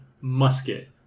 musket